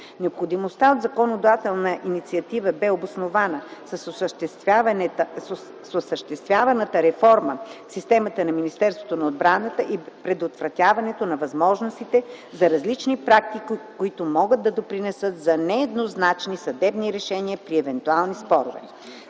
Необходимостта от законодателната инициатива бе обоснована с осъществяваната реформа в системата на Министерството на отбраната и предотвратяването на възможностите за различни практики, които могат да допринесат за нееднозначни съдебни решения при евентуални спорове.